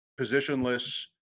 positionless